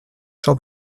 ciò